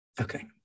Okay